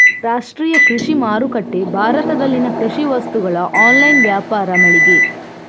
ರಾಷ್ಟ್ರೀಯ ಕೃಷಿ ಮಾರುಕಟ್ಟೆ ಭಾರತದಲ್ಲಿನ ಕೃಷಿ ವಸ್ತುಗಳ ಆನ್ಲೈನ್ ವ್ಯಾಪಾರ ಮಳಿಗೆ